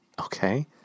Okay